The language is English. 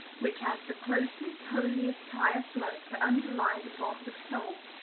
which has the closest, holiest tie of blood to underlie the bond of soul.